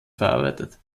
verarbeitet